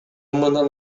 мындан